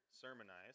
sermonize